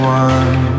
one